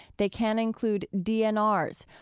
they can include dnrs,